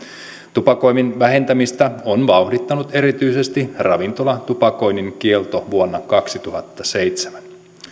tupakoinnin vähentämistä on vauhdittanut erityisesti ravintolatupakoinnin kielto vuonna kaksituhattaseitsemän